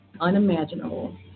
unimaginable